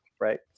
right